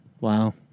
Wow